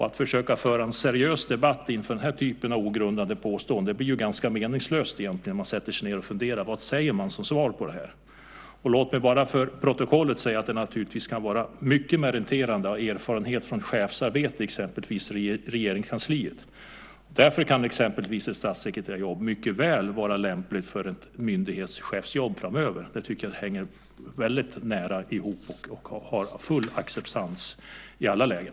Att försöka föra en seriös debatt utifrån den typen av ogrundade påståenden känns ganska meningslöst egentligen. Man sätter sig ned och funderar på vad man ska säga som svar. Låt mig bara för protokollets skull säga att det naturligtvis kan vara mycket meriterande att ha erfarenhet från chefsarbete i exempelvis Regeringskansliet. Därför kan exempelvis ett statssekreterarjobb mycket väl vara en lämplig merit för ett myndighetschefsjobb framöver. Det tycker jag hänger väldigt nära ihop och har full acceptans i alla lägen.